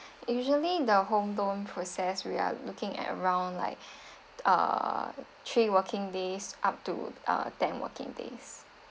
usually the home loan process we are looking at around like err three working days up to uh ten working days